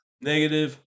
negative